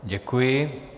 Děkuji.